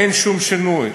אין שינוי.